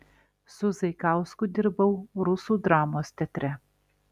su zaikausku dirbau rusų dramos teatre